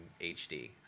HD